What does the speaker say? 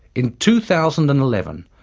in two thousand and eleven,